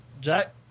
Jack